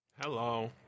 Hello